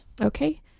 Okay